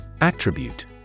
attribute